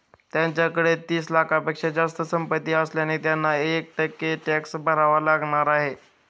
त्यांच्याकडे तीस लाखांपेक्षा जास्त संपत्ती असल्याने त्यांना एक टक्का टॅक्स भरावा लागणार आहे